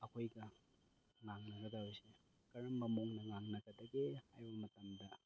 ꯑꯩꯈꯣꯏꯒ ꯉꯥꯡꯅꯒꯗꯕꯁꯦ ꯀꯔꯝꯕ ꯃꯑꯣꯡꯗ ꯉꯥꯡꯅꯒꯗꯒꯦ ꯍꯥꯏꯕ ꯃꯇꯝꯗ